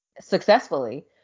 successfully